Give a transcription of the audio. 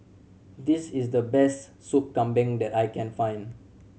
this is the best Soup Kambing that I can find